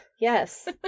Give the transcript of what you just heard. yes